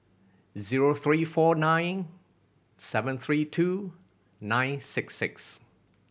zero three four nine seven three two nine six six